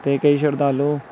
ਅਤੇ ਕਈ ਸ਼ਰਧਾਲੂ